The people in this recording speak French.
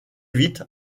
vite